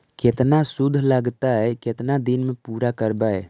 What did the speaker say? केतना शुद्ध लगतै केतना दिन में पुरा करबैय?